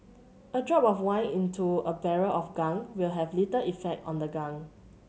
a drop of wine into a barrel of gunk will have little effect on the gunk